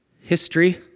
history